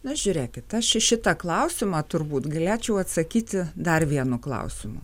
na žiūrėkit aš į šitą klausimą turbūt galėčiau atsakyti dar vienu klausimu